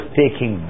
taking